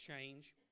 change